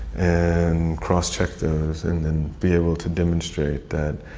and crosscheck those, and and be able to demonstrate that,